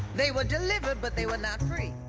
they were delivered, but they were not free